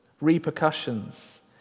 repercussions